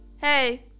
Hey